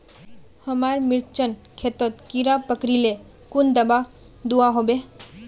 हमार मिर्चन खेतोत कीड़ा पकरिले कुन दाबा दुआहोबे?